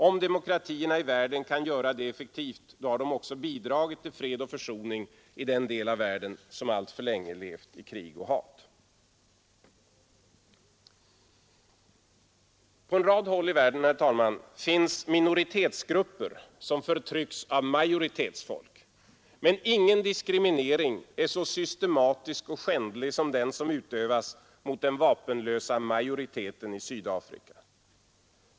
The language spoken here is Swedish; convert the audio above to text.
Om demokratierna i världen kan göra det effektivt, har de också bidragit till fred och försoning i den del av världen som alltför länge levt i krig och hat. På en rad håll i världen finns minoritetsgrupper, som förtrycks av majoritetsfolk. Ingen diskriminering är dock så systematisk och skändlig som den som utövas mot den vapenlösa majoriteten i Sydafrika.